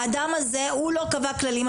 האדם הזה הוא לא קבע כללים.